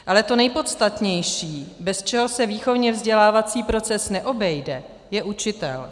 Ale to nejpodstatnější, bez čeho se výchovněvzdělávací proces neobejde, je učitel.